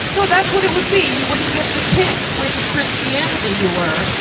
no that's what it would be. you wouldn't get to pick which christianity you were.